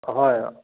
হয়